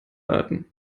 raten